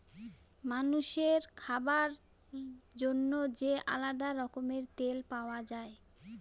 মানুষের খাবার জন্য যে আলাদা রকমের তেল পাওয়া যায়